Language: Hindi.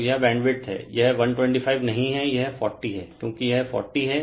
तो यह बैंडविड्थ है यह 125 नहीं है यह 40 है क्योंकि यह 40 है